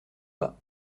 pas